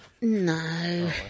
No